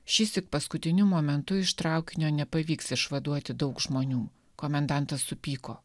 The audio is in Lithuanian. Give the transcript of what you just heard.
šįsyk paskutiniu momentu iš traukinio nepavyks išvaduoti daug žmonių komendantas supyko